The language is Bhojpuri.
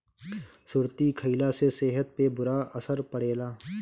सुरती खईला से सेहत पे बुरा असर पड़ेला